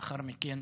ולאחר מכן